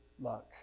luck